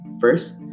First